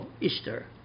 Easter